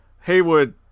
Haywood